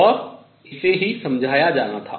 और इसे ही समझाया जाना था